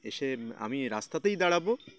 এসে আমি রাস্তাতেই দাঁড়াবো